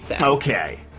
Okay